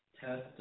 test